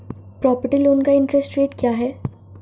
Property loan का interest rate क्या है?